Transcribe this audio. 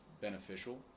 beneficial